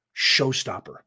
showstopper